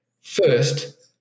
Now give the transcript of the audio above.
first